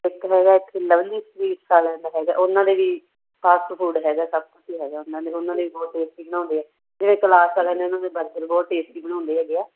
ਇੱਕ ਹੈਗਾ ਇੱਥੇ ਲਵਲੀ ਸਵੀਟਸ ਵਾਲਿਆਂ ਦਾ ਹੈਗਾ ਉਹਨਾਂ ਦੇ ਵੀ ਫਾਸਟ ਫੂਡ ਹੈਗਾ ਸਭ ਕੁਝ ਹੀ ਹੈਗਾ ਉਹਨਾਂ ਦੇ ਉਹਨਾਂ ਦੇ ਬਹੁਤ ਟੇਸਟੀ ਬਣਾਉਂਦੇ ਆ ਜਿਹੜੇ ਕਲਾਸ ਵਾਲੇ ਨੇ ਉਹਨਾਂ ਦੇ ਬਰਗਰ ਬਹੁਤ ਟੇਸਟੀ ਬਣਾਉਂਦੇ ਹੈਗੇ ਆ